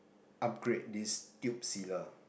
upgrade these tube sealer